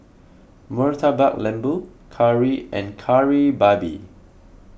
Murtabak Lembu Curry and Kari Babi